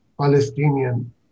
Palestinian